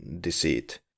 deceit